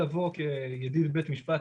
לבוא כידיד בית משפט,